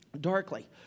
darkly